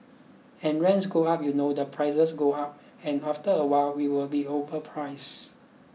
and rents go up you know the prices go up and after a while we will be overpriced